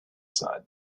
son